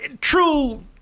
true